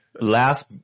last